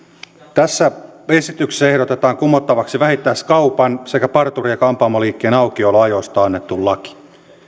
tässä esityksessä ehdotetaan kumottavaksi vähittäiskaupan sekä parturi ja kampaamoliikkeen aukioloajoista annettu laki